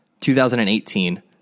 2018